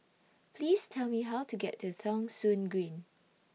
Please Tell Me How to get to Thong Soon Green